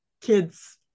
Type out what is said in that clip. kids